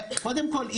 קודם כל,